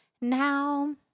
Now